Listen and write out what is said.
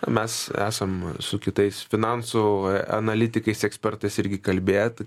mes esam su kitais finansų analitikais ekspertais irgi kalbėt